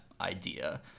idea